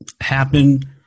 happen